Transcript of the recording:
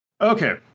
Okay